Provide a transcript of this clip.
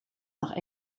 nach